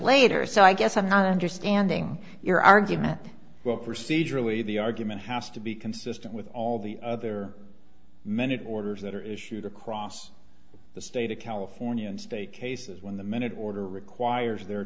later so i guess i'm not understanding your argument well procedurally the argument has to be consistent with all the other men it orders that are issued across the state of california and state cases when the minute order requires there